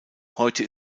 heute